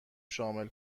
شامل